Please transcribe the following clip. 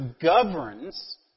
governs